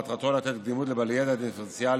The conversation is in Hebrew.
מטרתו לתת קדימות לבעלי ידע דיפרנציאלי